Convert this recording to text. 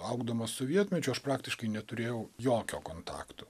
augdamas sovietmečiu aš praktiškai neturėjau jokio kontakto